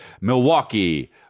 Milwaukee